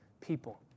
people